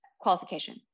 qualification